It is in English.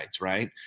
right